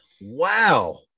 Wow